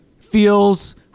feels